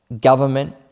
government